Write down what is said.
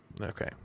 Okay